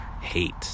hate